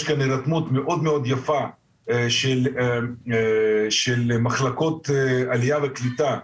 יש כאן הירתמות מאד יפה של מחלקות עלייה וקליטה,